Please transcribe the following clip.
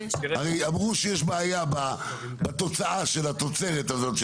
הרי אמרו שיש בעיה בתוצאה של התוצרת הזאת,